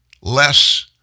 Less